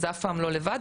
ואף פעם לא לבד,